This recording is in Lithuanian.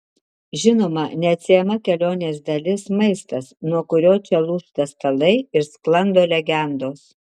žinoma neatsiejama kelionės dalis maistas nuo kurio čia lūžta stalai ir sklando legendos